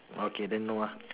okay then no lah